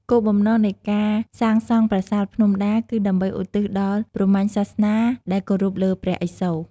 គោលបំណងនៃការសាងសង់ប្រាសាទភ្នំដា គឺដើម្បីឧទ្ទិសដល់ព្រហ្មញ្ញសាសនា ដែលគោរពលើ ព្រះឥសូរ។